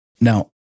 Now